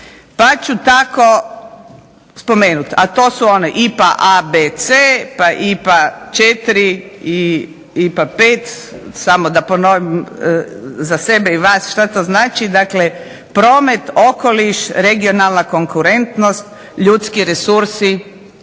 Pa ću tako spomenuti, a to su ono IPA A, B, C pa IPA 4 i IPA 5, samo da ponovim za sebe i vas što to znači. Dakle, Promet, Okoliš, Regionalna konkurentnost, Ljudski resursi